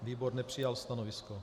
Výbor nepřijal stanovisko.